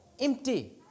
Empty